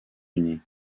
unis